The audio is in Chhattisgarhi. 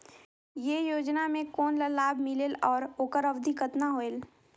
ये योजना मे कोन ला लाभ मिलेल और ओकर अवधी कतना होएल